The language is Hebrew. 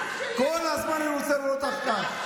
כל הזמן אני רוצה לראות אותך כך.